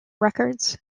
records